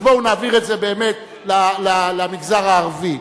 אז בואו נעביר את זה באמת למגזר הערבי,